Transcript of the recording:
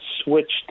switched